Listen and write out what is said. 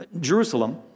Jerusalem